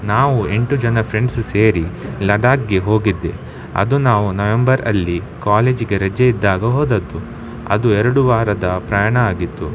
ನಾವು ಎಂಟು ಜನ ಫ್ರೆಂಡ್ಸ್ ಸೇರಿ ಲಡಾಖ್ಗೆ ಹೋಗಿದ್ದೆ ಅದು ನಾವು ನವೆಂಬರಲ್ಲಿ ಕಾಲೇಜಿಗೆ ರಜೆ ಇದ್ದಾಗ ಹೋದದ್ದು ಅದು ಎರಡು ವಾರದ ಪ್ರಯಾಣ ಆಗಿತ್ತು